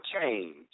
change